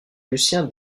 lucien